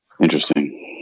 Interesting